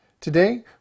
Today